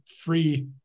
free